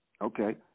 Okay